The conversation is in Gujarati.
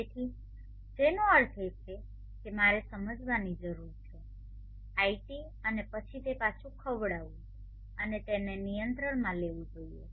તેથી જેનો અર્થ છે કે મારે સમજવાની જરૂર છે iT અને પછી તે પાછું ખવડાવવું અને તેને નિયંત્રણમાં લેવું જોઈએ